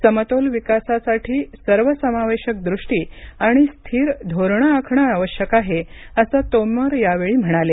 समतोल विकासासाठी सर्वसमावेशक दृष्टी आणि स्थिर धोरणं आखणं आवश्यक आहे असं तोमर यावेळी म्हणाले